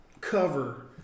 cover